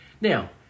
Now